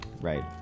Right